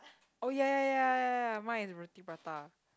oh ya ya ya ya ya ya mine is roti prata